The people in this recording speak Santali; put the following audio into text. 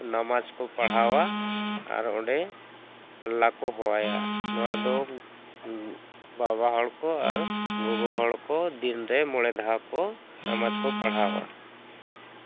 ᱱᱟᱢᱟᱡᱽ ᱠᱚ ᱯᱟᱲᱦᱟᱣᱟ ᱟᱨ ᱚᱸᱰᱮ ᱟᱞᱞᱟ ᱠᱚ ᱦᱚᱦᱚᱣᱟᱭᱟ ᱱᱚᱣᱟ ᱫᱚ ᱵᱟᱵᱟ ᱦᱚᱲ ᱠᱚ ᱟᱨ ᱜᱚᱜᱚ ᱦᱚᱲ ᱠᱚ ᱫᱤᱱ ᱨᱮ ᱢᱚᱬᱮ ᱫᱷᱟᱣ ᱠᱚ ᱱᱟᱢᱟᱡᱽ ᱠᱚ ᱯᱟᱲᱦᱟᱣᱟ